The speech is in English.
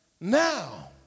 now